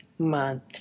month